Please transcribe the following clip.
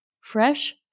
fresh